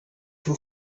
too